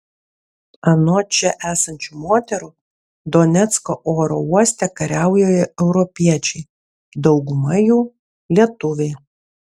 anot čia esančių moterų donecko oro uoste kariauja europiečiai dauguma jų lietuviai